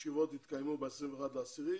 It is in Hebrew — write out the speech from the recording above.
ישיבות התקיימו ב-21.10,